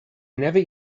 never